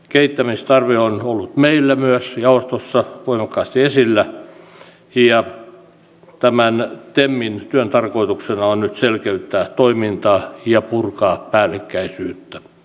suurimmat erät kohdistuvat valtion korvauksiin terveyshuollon yksiköille lääkäri ja hammaslääkärikoulutuksesta aiheutuviin kustannuksiin kelan toimintamenoihin sekä rokotteiden hankintaan kertaluonteisesti